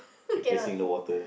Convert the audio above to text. replacing the water